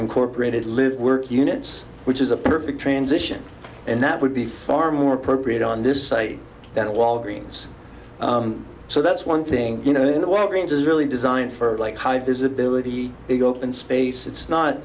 incorporated live units which is a perfect transition and that would be far more appropriate on this site than a walgreens so that's one thing you know in the walgreens is really designed for like high visibility big open space it's not